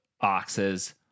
boxes